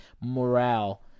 morale